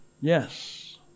Yes